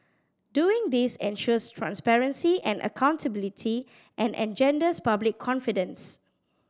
doing this ensures transparency and accountability and engenders public confidence